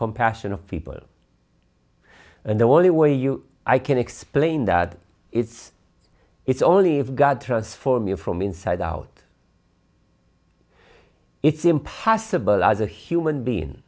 compassion of people and the only way you i can explain that it's it's only if god transform you from inside out it's impossible as a human being